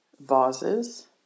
vases